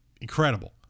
incredible